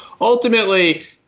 ultimately